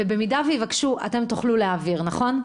במידה ויבקשו, אתם תוכלו להעביר, נכון?